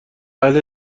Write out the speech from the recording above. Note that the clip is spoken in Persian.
اهل